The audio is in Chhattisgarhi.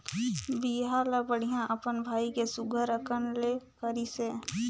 बिहा ल बड़िहा अपन भाई के सुग्घर अकन ले करिसे